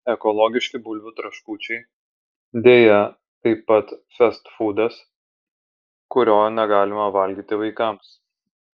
ekologiški bulvių traškučiai deja taip pat festfūdas kurio negalima valgyti vaikams